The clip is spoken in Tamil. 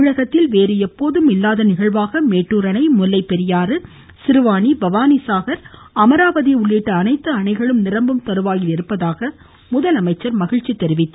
தமிழகத்தில் வேறு எப்போதும் இல்லாத நிகழ்வாக மேட்டூர் அணை முல்லைபெரியாறு சிறுவாணி பவானி சாகர் அமராவதி உள்ளிட்ட அனைத்து அணைகளும் நிரம்பும் தருவாயில் இருப்பதாக அவர் மகிழ்ச்சி தெரிவித்தார்